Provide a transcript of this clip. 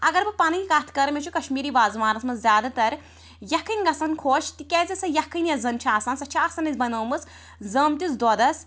اگر بہٕ پَنٕنۍ کتھ کَرٕ مےٚ چھُ کشمیٖری وازٕوانَس مَنٛز زیادٕ تر یَکھٕنۍ گَژھان خۄش تِکیٛازِ سۄ یَکھٕنۍ یۄس زن چھِ آسان سۄ چھِ آسان اسہِ بَنٲومٕژ زٲمتِس دۄدھس